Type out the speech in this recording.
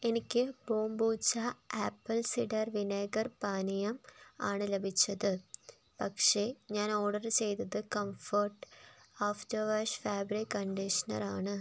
എനിക്ക് kombucha apple cider vinegar പാനീയം ആണ് ലഭിച്ചത് പക്ഷേ ഞാൻ ഓർഡർ ചെയ്തത് comfort after wash fabric conditioner ആണ്